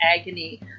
agony